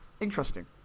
interesting